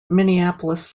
minneapolis